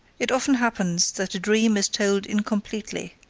it often happens that a dream is told incompletely,